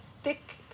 thick